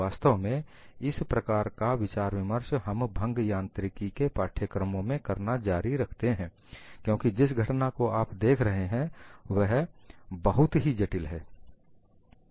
वास्तव में इस प्रकार का विचार विमर्श हम भंग यांत्रिकी के पाठ्यक्रमों में करना जारी रखते हैं क्योंकि जिस घटना को आप देख रहे हैं वह बहुत ही जटिल है